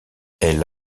elle